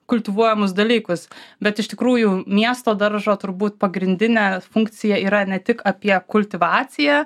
kultivuojamus dalykus bet iš tikrųjų miesto daržo turbūt pagrindinė funkcija yra ne tik apie kultivaciją